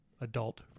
adult